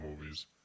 movies